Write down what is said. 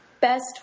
best